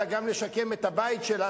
אלא גם לשקם את הבית שלה,